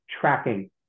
tracking